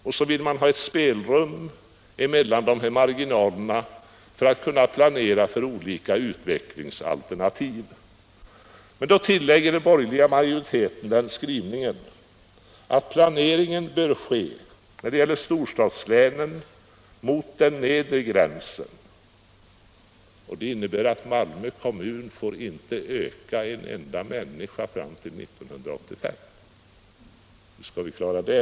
Mellan dessa marginaler vill man ha ett spelrum för att kunna planera för olika utvecklingsalternativ. Men då tillägger den borgerliga majoriteten i sin skrivning att planeringen när det gäller befolkningsramarna i storstadslänen bör inriktas mot den nedre gränsen — så att t.ex. Malmö kommun inte får öka med en enda människa fram till 1985, och hur skall ni klara det?